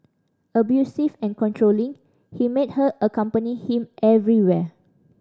abusive and controlling he made her accompany him everywhere